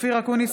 אופיר אקוניס,